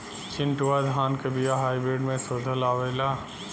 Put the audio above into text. चिन्टूवा धान क बिया हाइब्रिड में शोधल आवेला?